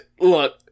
look